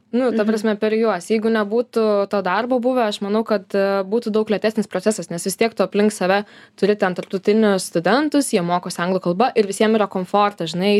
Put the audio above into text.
nu ta prasme per juos jeigu nebūtų to darbo buvę aš manau kad būtų daug lėtesnis procesas nes vis tiek tu aplink save turi ten tarptautinius studentus jie mokosi anglų kalba ir visiem yra komfortas žinai